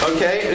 Okay